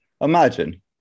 Imagine